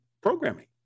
programming